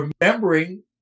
remembering